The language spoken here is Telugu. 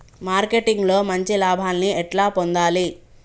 మార్కెటింగ్ లో మంచి లాభాల్ని ఎట్లా పొందాలి?